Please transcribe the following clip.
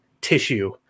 tissue